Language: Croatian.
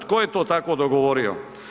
Tko je to tako dogovorio?